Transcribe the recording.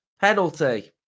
penalty